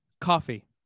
Coffee